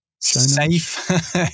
safe